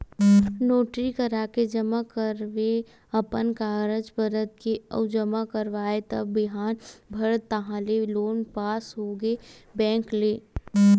notary कराके जमा करेंव अपन कागज पतर के अउ जमा कराएव त बिहान भर ताहले लोन पास होगे बेंक ले